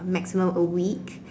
maximum a week